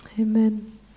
amen